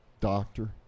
doctor